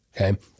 okay